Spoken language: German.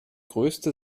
größte